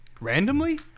randomly